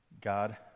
God